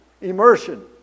immersion